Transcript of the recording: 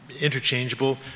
interchangeable